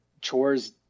chores